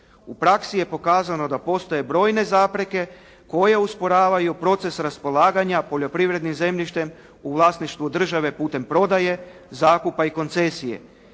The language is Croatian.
"U praksi je pokazano da postoje brojne zapreke koje usporavaju proces raspolaganja poljoprivrednim zemljištem u vlasništvu države putem prodaje, zakupa i koncesije.",